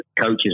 coaches